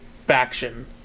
faction